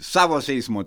savos eismo